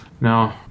No